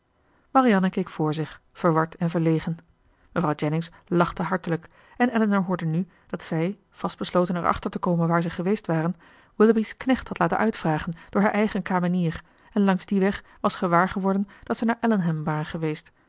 marianne keek voor zich verward en verlegen mevrouw jennings lachte hartelijk en elinor hoorde nu dat zij vast besloten erachter te komen waar zij geweest waren willoughby's knecht had laten uitvragen door haar eigen kamenier en langs dien weg was gewaar geworden dat zij naar allenham waren geweest